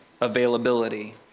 availability